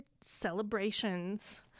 celebrations